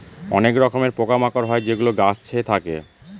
অনেক রকমের পোকা মাকড় হয় যেগুলো গাছে থাকে